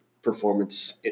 performance